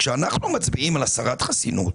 כאשר אנחנו מצביעים על הסרת חסינות